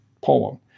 poem